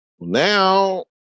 Now